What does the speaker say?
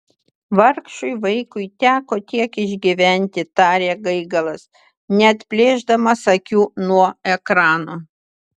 vargšui vaikui teko tiek išgyventi tarė gaigalas neatplėšdamas akių nuo ekrano